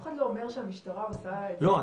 אחד לא אומר שהמשטרה עושה --- לא,